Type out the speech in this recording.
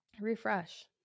Refresh